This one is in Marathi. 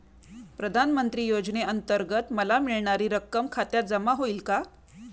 प्रधानमंत्री योजनेअंतर्गत मला मिळणारी रक्कम खात्यात जमा होईल का?